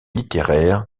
littéraires